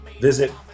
visit